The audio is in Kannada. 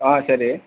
ಹಾಂ ಸರಿ